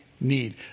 need